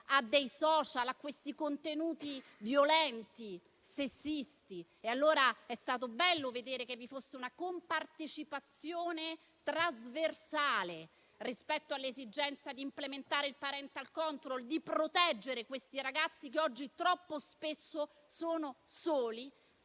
ai *social* e ai contenuti violenti e sessisti. È stato bello vedere che vi fosse una compartecipazione trasversale rispetto all'esigenza di implementare il *parental control* e di proteggere quei ragazzi, che oggi e troppo spesso sono soli,